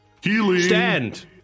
Stand